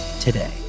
today